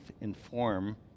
inform